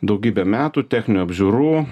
daugybę metų techninių apžiūrų